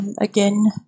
again